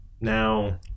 Now